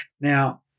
Now